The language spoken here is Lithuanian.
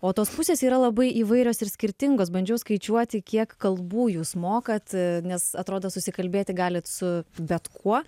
o tos pusės yra labai įvairios ir skirtingos bandžiau skaičiuoti kiek kalbų jūs mokat nes atrodo susikalbėti galit su bet kuo